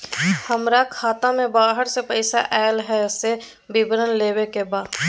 हमरा खाता में बाहर से पैसा ऐल है, से विवरण लेबे के बा?